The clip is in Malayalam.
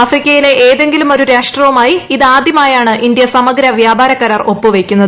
ആഫ്രിക്കയിലെ ഏതെങ്കിലും ഒരു രാഷ്ട്രവുമായി ഇത് ആദ്യമായാണ് ഇന്ത്യ സമഗ്ര വ്യാപാര കരാർ ഒപ്പ് വയ്ക്കുന്നത്